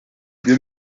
wir